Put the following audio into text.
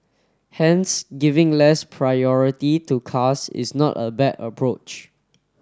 hence giving less priority to cars is not a bad approach